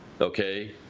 Okay